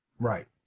right.